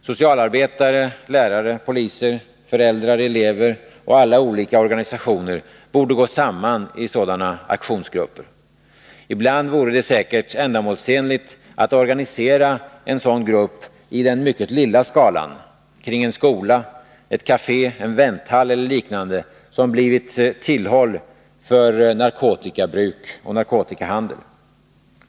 Socialarbetare, lärare, poliser, föräldrar, elever och alla olika organisationer borde gå samman i sådana aktionsgrupper. Ibland vore det säkert ändamålsenligt att organisera en sådan grupp i den mycket lilla skalan: kring en skola, ett kafé, en vänthall eller liknande som blivit tillhåll för narkotikabruk och narkotikahandel.